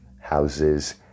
houses